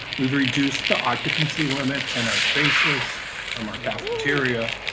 we've reduced the occupancy limits in our spaces from our cafeteria,